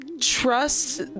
Trust